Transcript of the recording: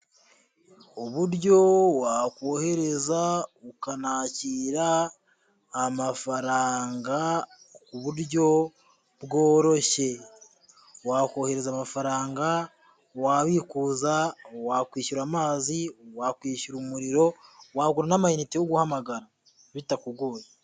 Uburyo wakohereza ukanakira amafaranga ku buryo bworoshye, wakohereza amafaranga, wabikuza, wakwishyura amazi, wakwishyura umuriro, wabona n'amayinite yo guhamagara bitakugoye.